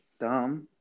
dumb